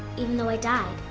even though i died.